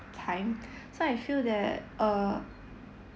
time so I feel that err